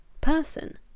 person